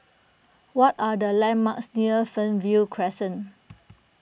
what are the landmarks near Fernvale Crescent